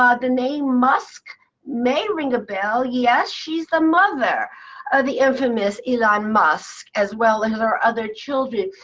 um the name musk may ring a bell. yes, she's the mother of the infamous elon musk as well as her other children.